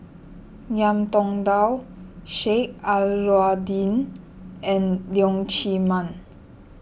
Ngiam Tong Dow Sheik Alau'ddin and Leong Chee Mun